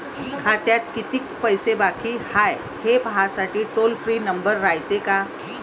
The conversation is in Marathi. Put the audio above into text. खात्यात कितीक पैसे बाकी हाय, हे पाहासाठी टोल फ्री नंबर रायते का?